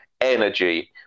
energy